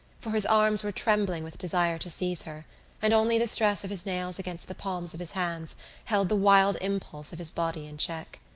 for his arms were trembling with desire to seize her and only the stress of his nails against the palms of his hands held the wild impulse of his body in check.